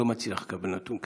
ואני לא מצליח לקבל נתון כזה.